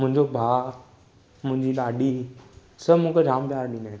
मुंहिंजो भाउ मुंहिंजी ॾाॾी सभु मूंखे जाम प्यारु ॾींदा आहिनि